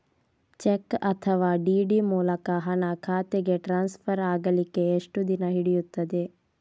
Check ಅಥವಾ DD ಮೂಲಕ ಹಣ ಖಾತೆಗೆ ಟ್ರಾನ್ಸ್ಫರ್ ಆಗಲಿಕ್ಕೆ ಎಷ್ಟು ದಿನ ಹಿಡಿಯುತ್ತದೆ?